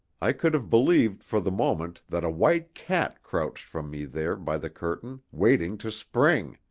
i could have believed for the moment that a white cat crouched from me there by the curtain, waiting to spring.